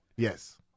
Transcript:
Yes